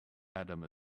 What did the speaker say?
adam